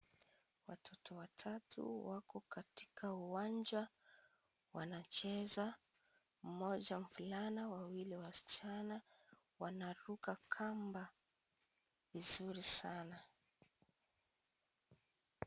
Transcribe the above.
Watoto watatu wako katika uwanja wanacheza, mmoja mvulana wawili wasichana, wanaruka kamba vizuri sana.